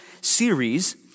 series